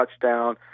touchdown